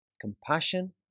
Compassion